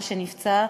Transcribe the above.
שהיא רגולציה,